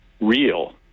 real